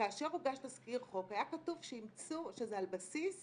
כאשר הוגש תזכיר חוק, היה כתוב שזה על בסיס